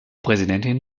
präsidentin